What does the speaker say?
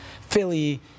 Philly